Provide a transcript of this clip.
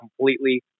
completely